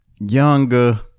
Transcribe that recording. younger